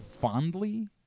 fondly